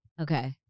Okay